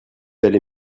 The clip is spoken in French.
allez